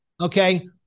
Okay